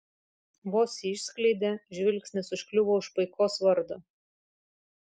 vos jį išskleidė žvilgsnis užkliuvo už paikos vardo